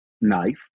knife